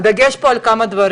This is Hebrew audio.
הדגש פה הוא על מה דברים.